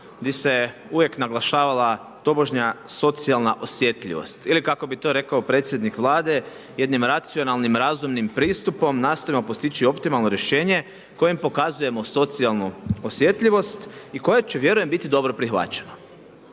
gdje se uvijek naglašavala tobožnja socijalna osjetljivost ili kako bi to rekao predsjednik Vlade jednim racionalnim razumnim pristupom nastojimo postići optimalno rješenje kojim pokazujemo socijalnu osjetljivost i koje će vjerujem biti dobro prihvaćeno.